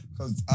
Cause